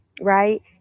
Right